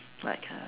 like uh